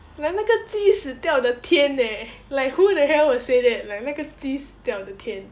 the 那个鸡死掉的天 leh like who the hell will say that like 那个鸡死掉的天